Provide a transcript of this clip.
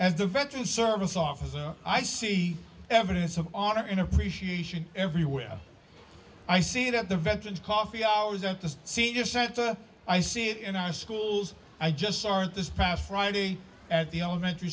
as the veteran service officer i see evidence of honor in appreciation everywhere i see that the veterans coffee hours at the senior center i see it in our schools i just aren't this past friday at the elementary